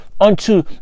unto